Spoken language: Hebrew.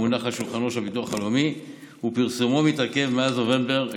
המונח על שולחנו של הביטוח הלאומי ופרסומו מתעכב מאז נובמבר אשתקד.